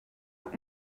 marc